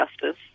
justice